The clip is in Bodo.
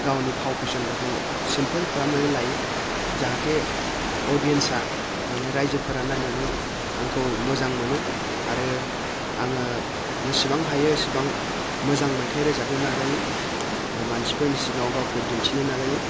गावनि फाव फेशनफोरखौ सिमपोल खालामनानै लायो जाहाथे अडियेन्सआ माने रायजोफोरा नायनानै आंखौ मोजां मोनो आरो आङो जिसिबां हायो इसिबां मोजां मेथाइ रोजाबनो नाजायो मानसिफोरनि सिगाङाव गावखौ दिन्थिनो नाजायो